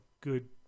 good